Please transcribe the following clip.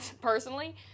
Personally